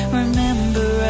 remember